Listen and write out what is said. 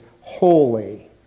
holy